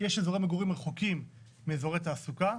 שיש אזורי מגורים שרחוקים מאזורי תעסוקה,